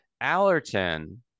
Allerton